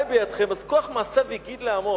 היא בידכם" אז "כוח מעשיו הגיד לעמו".